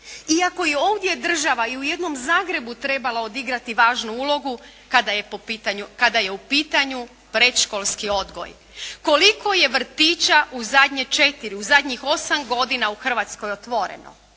iako je ovdje država i u jednom Zagrebu trebala odigrati važnu ulogu kada je u pitanju predškolski odgoj. Koliko je vrtića u zadnje 4, u zadnjih 8 godina u Hrvatskoj otvoreno,